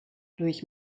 durch